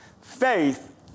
faith